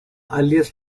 earliest